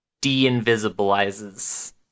de-invisibilizes